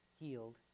healed